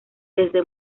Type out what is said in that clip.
desde